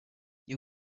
you